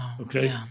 Okay